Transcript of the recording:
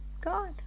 God